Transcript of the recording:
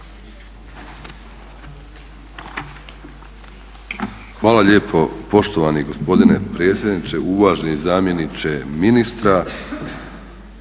Hvala lijepo poštovani gospodine predsjedniče, uvažene zamjeniče ministra,